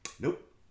nope